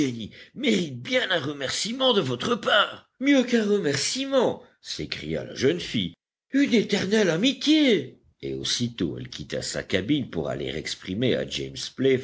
mérite bien un remerciement de votre part mieux qu'un remerciement s'écria la jeune fille une éternelle amitié et aussitôt elle quitta sa cabine pour aller exprimer à james